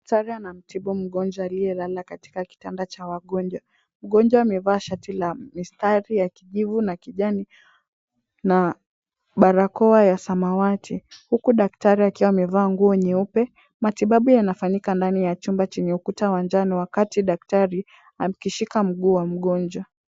Daktari anamtibu mgonjwa aliyelala katika kitanda cha wagonjwa. Mgonjwa amevaa shati la mistari ya kijivu na kijani, na barakoa ya samawati. Huku daktari akiwa amevaa nguo nyeupe. Matibabu yanafanyika ndani ya chumba chenye ukuta wa njano wakati daktari akishika mguu wa mgonjwa.